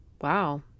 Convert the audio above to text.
wow